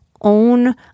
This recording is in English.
own